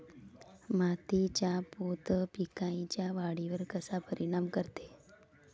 मातीचा पोत पिकाईच्या वाढीवर कसा परिनाम करते?